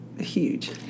huge